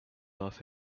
dust